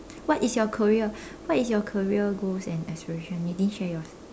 what is your career what is your career goals and aspiration you didn't share yours